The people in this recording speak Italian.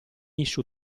issue